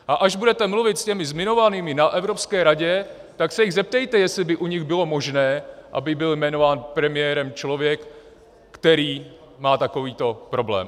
A až budete mluvit s těmi zmiňovanými na Evropské radě, tak se jich zeptejte, jestli by u nich bylo možné, aby byl jmenován premiérem člověk, který má takovýto problém.